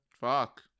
fuck